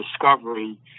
discovery